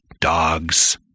dogs